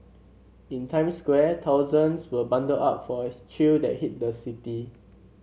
in Times Square thousands were bundled up for a chill that hit the city